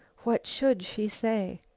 what should she say?